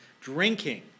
drinking